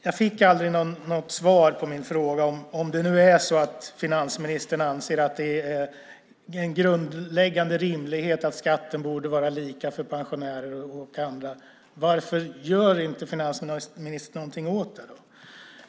Jag fick inte något svar på min fråga ifall finansministern anser att det är en grundläggande rimlighet att skatten ska vara lika för pensionärer och andra. Varför gör finansministern i så fall inte någonting åt det?